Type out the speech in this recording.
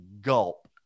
gulp